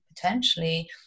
potentially